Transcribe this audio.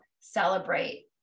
celebrate